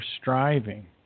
striving